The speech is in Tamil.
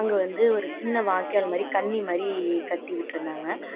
அங்கே வந்து ஒரு சின்ன வாய்க்கால் மாதிரி கன்னி மாதிரி கட்டி விட்டிருந்தாங்க